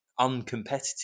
uncompetitive